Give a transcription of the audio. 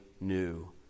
new